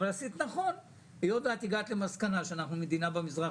אבל בכל מקרה עשית נכון כי הגעת למסקנה שאנחנו מדינה במזרח